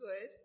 good